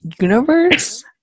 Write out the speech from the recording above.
universe